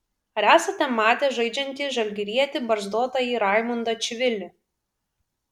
ar esate matęs žaidžiantį žalgirietį barzdotąjį raimundą čivilį